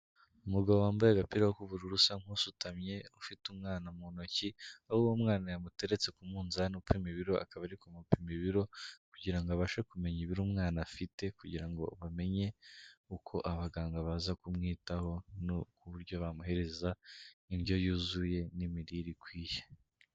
Umugabo wambaye agapira k'ubururu usa nk'usutamye ufite umwana mu ntoki, aho uwo mwana yamuteretse ku munzani upima ibiro akaba ari kumupima ibiro, kugira ngo abashe kumenya ibiro umwana afite, kugira ngo amenye uko abaganga baza kumwitaho no ku buryo bamuhereza indyo yuzuye n'imirire ikwiye.